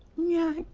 yeah,